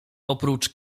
oprócz